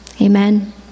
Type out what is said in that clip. Amen